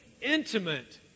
intimate